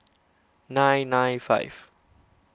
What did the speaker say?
nine nine five